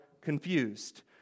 confused